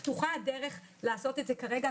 הדרך פתוחה לעשות את זה כרגע,